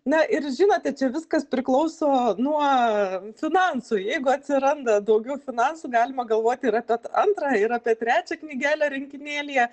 na ir žinote čia viskas priklauso nuo finansų jeigu atsiranda daugiau finansų galima galvoti ir apie antrą ir apie trečią knygelę rinkinėlyje